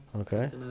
Okay